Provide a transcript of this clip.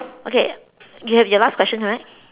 okay you have your last question right